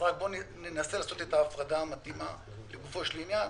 אז ננסה לעשות את ההפרדה המתאימה לגופו של עניין.